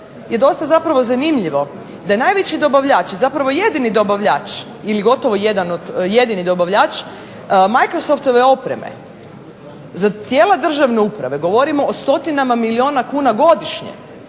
je dosta zanimljivo da je najveći dobavljač zapravo jedini dobavljač ili gotovo jedini dobavljač micrsoftove opreme za tijela državne uprave. Govorimo o stotinama milijuna kuna godišnje